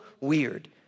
weird